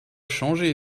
changé